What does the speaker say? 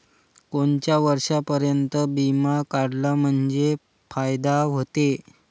कोनच्या वर्षापर्यंत बिमा काढला म्हंजे फायदा व्हते?